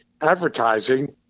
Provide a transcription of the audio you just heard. advertising